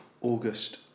August